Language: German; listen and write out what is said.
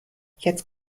jetzt